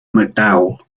mcdowell